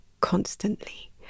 constantly